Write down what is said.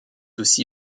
aussi